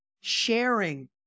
sharing